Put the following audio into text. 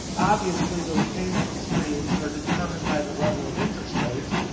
obviously, those payment streams are determined by the level of interest rates,